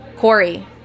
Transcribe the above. Corey